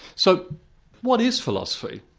so what is philosophy?